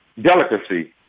delicacy